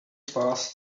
past